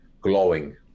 glowing